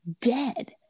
dead